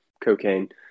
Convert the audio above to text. cocaine